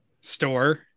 store